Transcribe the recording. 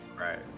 right